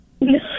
No